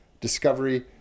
discovery